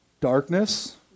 darkness